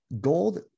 gold